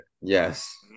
Yes